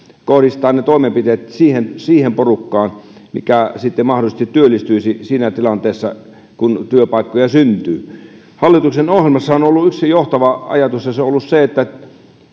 kohdistaa ne toimenpiteet siihen siihen porukkaan mikä sitten mahdollisesti työllistyisi siinä tilanteessa kun työpaikkoja syntyy hallituksen ohjelmassa on ollut yksi johtava ajatus ja se on ollut ensinnäkin se että